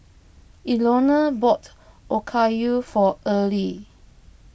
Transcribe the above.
Elenore bought Okayu for Earley